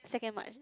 second March